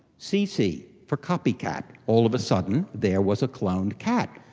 cc, for copy cat, all of a sudden there was a cloned cat.